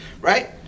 Right